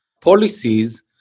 policies